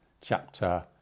chapter